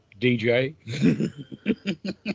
DJ